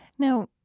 now,